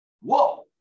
Whoa